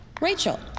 Rachel